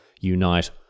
unite